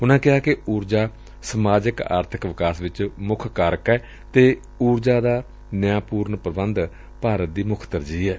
ਉਨੂਾਂ ਕਿਹਾਂ ਕਿ ਊਰਜਾ ਸਮਾਜਿਕ ਆਰਬਿਕ ਵਿਕਾਸ ਵਿਚ ਮੁੱਖ ਕਾਰਕ ਏ ਅਤੇ ਉਰਜਾ ਦਾ ਨਿਆਂਪੁਰਨ ਪੁਬੰਧ ਭਾਰਤ ਦੀ ਮੁੱਖ ਤਰਜੀਹ ਏ